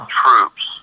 troops